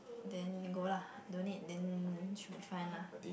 then then go lah don't need then should be fine lah